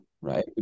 Right